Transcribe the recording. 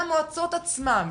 מהמועצות עצמן,